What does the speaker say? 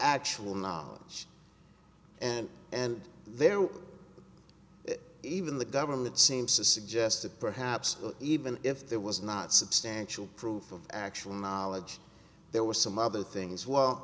actual knowledge and and there was even the government seems to suggest that perhaps even if there was not substantial proof of actual knowledge there were some other things well